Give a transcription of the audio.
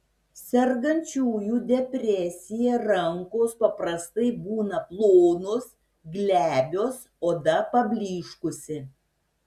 sergančiųjų depresija rankos paprastai būna plonos glebios oda pablyškusi